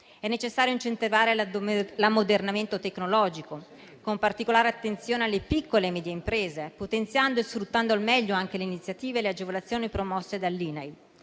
È necessario incentivare l'ammodernamento tecnologico, con particolare attenzione alle piccole e medie imprese, potenziando e sfruttando al meglio anche le iniziative e le agevolazioni promosse dall'INAIL.